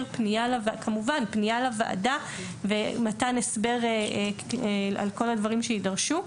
כמובן פנייה לוועדה ומתן הסבר על כל הדברים שיידרשו,